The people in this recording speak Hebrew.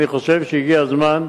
אני חושב שהגיע הזמן,